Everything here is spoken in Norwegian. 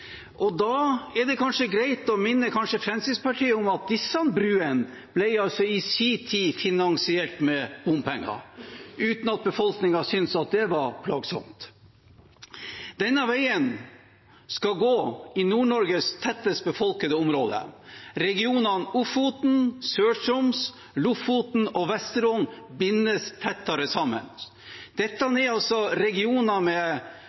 Da er det kanskje greit å minne Fremskrittspartiet om at disse bruene i sin tid ble finansiert med bompenger, uten at befolkningen syntes at det var plagsomt. Denne veien skal gå i Nord-Norges tettest befolkede område. Regionene Ofoten og Sør-Troms, Lofoten og Vesterålen bindes tettere sammen. Dette er altså regioner med